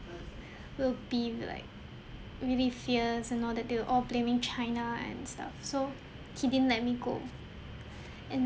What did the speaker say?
will be will like really fierce and all that they were all blaming china and stuff so he didn't let me go and